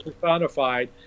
personified